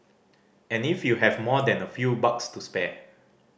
and if you have more than a few bucks to spare